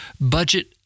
budget